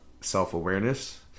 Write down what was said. self-awareness